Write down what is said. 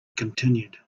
continued